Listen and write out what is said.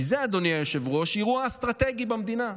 כי זה, אדוני היושב-ראש, אירוע אסטרטגי במדינה.